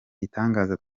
gitangaza